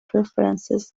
preferences